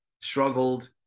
struggled